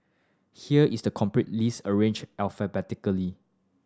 here is the complete list arranged alphabetically